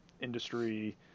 industry